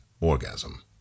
orgasm